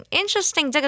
interesting